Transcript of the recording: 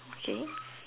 okay